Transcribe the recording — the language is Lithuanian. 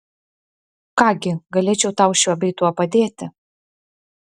ką gi galėčiau tau šiuo bei tuo padėti